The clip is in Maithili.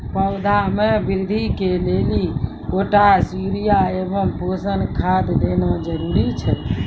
पौधा मे बृद्धि के लेली पोटास यूरिया एवं पोषण खाद देना जरूरी छै?